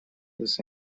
this